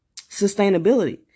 sustainability